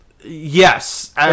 yes